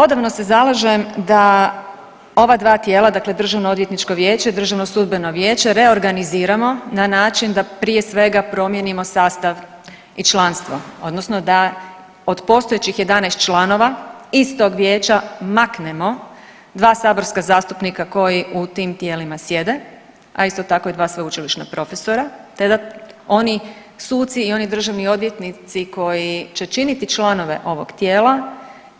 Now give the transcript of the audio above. Odavno se zalažem da ova dva tijela dakle DOV i DSV reorganiziramo na način da prije svega promijenimo sastav i članstvo odnosno da od postojećih 11 članova istog vijeća maknemo dva saborska zastupnika koji u tim tijelima sjede, a isto tako i dva sveučilišna profesora te da oni suci i oni državni odvjetnici koji će činiti članove ovoga tijela,